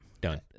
done